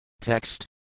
Text